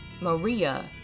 Maria